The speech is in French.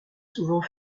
souvent